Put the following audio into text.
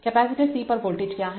capacitor C पर voltage क्या है